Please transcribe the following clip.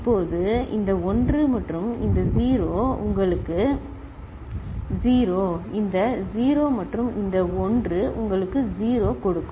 இப்போது இந்த 1 மற்றும் இந்த 0 உங்களுக்கு 0 இந்த 0 மற்றும் இந்த 1 இது உங்களுக்கு 0 கொடுக்கும்